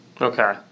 okay